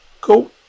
cool